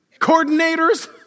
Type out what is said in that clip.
coordinators